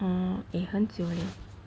oh eh 很久 leh